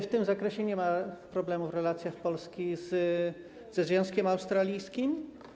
W tym zakresie nie ma problemów w relacjach Polski ze Związkiem Australijskim.